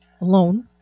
alone